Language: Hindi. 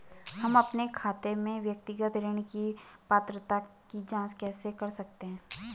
हम अपने खाते में व्यक्तिगत ऋण की पात्रता की जांच कैसे कर सकते हैं?